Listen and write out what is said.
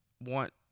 want